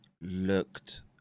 looked